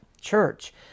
church